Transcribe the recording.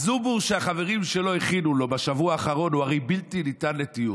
הזובור שהחברים שלו הכינו לו בשבוע האחרון הוא הרי בלתי ניתן לתיאור,